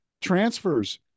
transfers